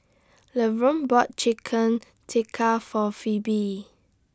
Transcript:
Lavonne bought Chicken Tikka For Pheobe